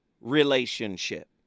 relationship